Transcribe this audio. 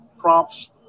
prompts